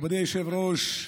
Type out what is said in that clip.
מכובדי היושב-ראש,